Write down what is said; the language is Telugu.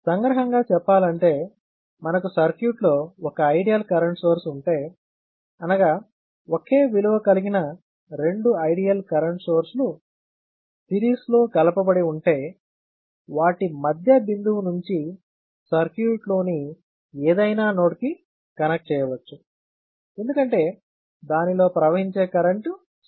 సంగ్రహంగా చెప్పాలంటే మనకు సర్క్యూట్లో ఒక ఐడియల్ కరెంట్ సోర్స్ ఉంటే అనగా ఒకే విలువ కలిగిన రెండు ఐడియల్ కరెంట్ సోర్స్లు సిరీస్ లో కలపబడి ఉంటే వాటి మధ్య బిందువు నుంచి సర్క్యూట్ లోని ఏదైనా నోడ్ కి కనెక్ట్ చేయవచ్చు ఎందుకంటే దానిలో ప్రవహించే కరెంట్ 0